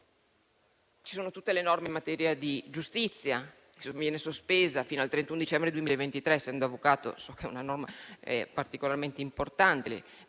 alle numerose norme in materia di giustizia, viene sospesa fino al 31 dicembre 2023 - essendo avvocato, so che è una norma particolarmente importante